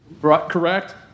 Correct